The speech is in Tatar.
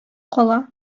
кала